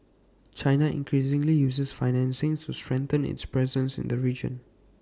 China increasingly uses financing to strengthen its presence in the region